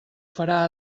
farà